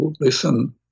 listen